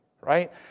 right